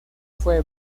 fue